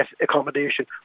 accommodation